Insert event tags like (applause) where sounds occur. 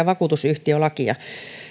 (unintelligible) vakuutusyhtiölakia